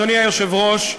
אדוני היושב-ראש,